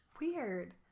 Weird